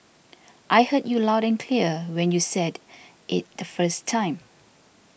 I heard you loud and clear when you said it the first time